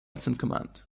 command